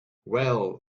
well